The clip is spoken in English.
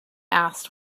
asked